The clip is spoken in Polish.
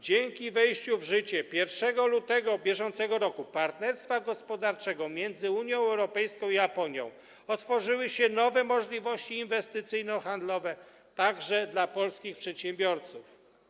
Dzięki wejściu w życie 1 lutego br. partnerstwa gospodarczego między Unią Europejską i Japonią otworzyły się nowe możliwości inwestycyjno-handlowe, także dla polskich przedsiębiorców.